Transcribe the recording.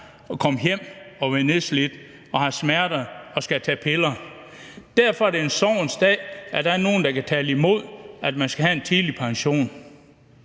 at komme hjem og være nedslidt og have smerter og at skulle tage piller. Derfor er det en sorgens dag, at der er nogle, der kan tale imod, at man skal have en tidlig pension.